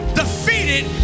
defeated